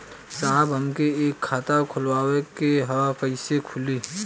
साहब हमके एक खाता खोलवावे के ह कईसे खुली?